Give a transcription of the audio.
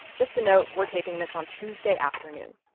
just a note, we're taping this on tuesday afternoon.